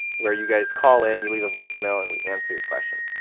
where you guys call in you leave a voicemail and we answer your question.